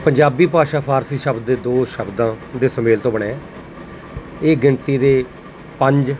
ਪੰਜਾਬੀ ਭਾਸ਼ਾ ਫਾਰਸੀ ਸ਼ਬਦ ਦੇ ਦੋ ਸ਼ਬਦਾਂ ਦੇ ਸੁਮੇਲ ਤੋਂ ਬਣਿਆ ਇਹ ਗਿਣਤੀ ਦੇ ਪੰਜ